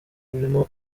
rurimo